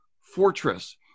fortress